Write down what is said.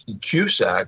Cusack